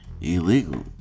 illegal